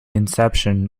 inception